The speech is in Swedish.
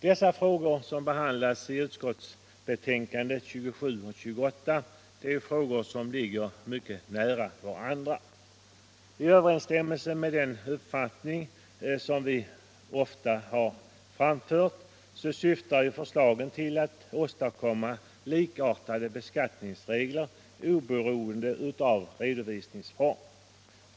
De frågor som behandlas i betänkandena 27 och 28 ligger mycket nära varandra. I överensstämmelse med den uppfattning som vi ofta har fram fört syftar förslagen till att åstadkomma likartade beskattningsregler obe roende av redovisningsform.